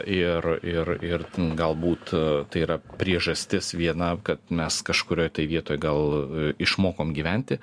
ir ir ir ten galbūt tai yra priežastis viena kad mes kažkurioj tai vietoj gal išmokom gyventi